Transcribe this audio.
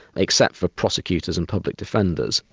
except for prosecutors and public defenders.